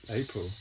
April